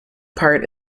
part